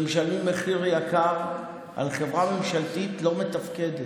שמשלמים מחיר יקר על חברה ממשלתית לא מתפקדת.